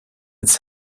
its